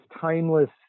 timeless